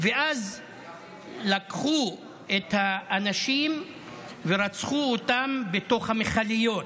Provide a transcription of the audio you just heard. ואז לקחו את האנשים ורצחו אותם בתוך המכליות.